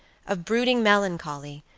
of brooding melancholy,